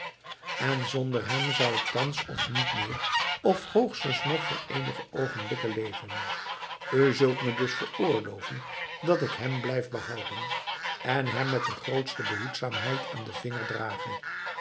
en zonder hem zou ik thans of niet meer of hoogstens nog voor eenige oogenblikken leven u zult me dus veroorloven dat ik hem blijf behouden en hem met de grootste behoedzaamheid aan den vinger drage